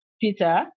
Peter